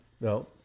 no